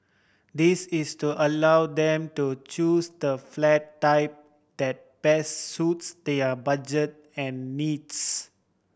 this is to allow them to choose the flat type that best suits their budget and needs